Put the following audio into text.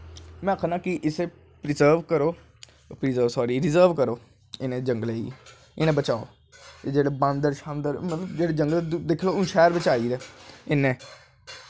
में अक्खा ना इसी प्रज़र्व करो रिजर्व करो इ'नें जंगलें गी इ'नेंगी बचाओ एह् मतलव जेह्ड़े बांदर शांदर दिक्खी लैओ हून शैह्र बिच्च आई दे इन्नें